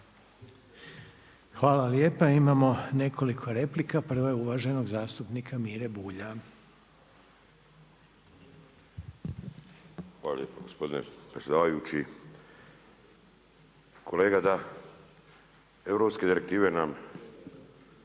Hvala lijepa. Imamo nekoliko replika. Prva je uvaženog zastupnika Mire Bulja. **Bulj, Miro (MOST)** Hvala lijepo gospodine predsjedavajući. Kolega da, europske direktive nam